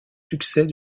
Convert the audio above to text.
succès